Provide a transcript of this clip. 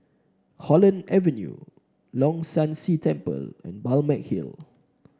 Holland Avenue Leong San See Temple and Balmeg Hill